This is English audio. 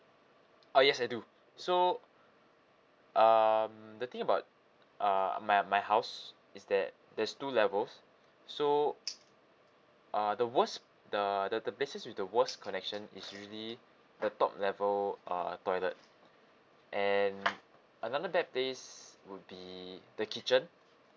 oh yes I do so um the thing about uh my my house is that there's two levels so uh the worst the the the places with the worst connection is usually the top level uh toilet and another bad place would be the kitchen